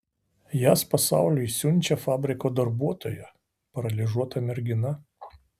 jas pasauliui siunčia fabriko darbuotoja paralyžiuota mergina